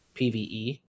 PVE